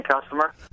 Customer